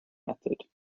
method